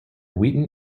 wheaton